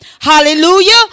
hallelujah